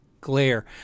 glare